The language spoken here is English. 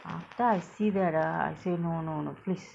after I see that ah I say no no no please